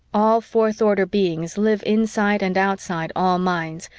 all fourth-order beings live inside and outside all minds,